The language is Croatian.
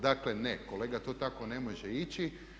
Dakle ne, kolega to tako ne može ići.